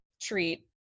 treat